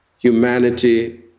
humanity